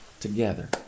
together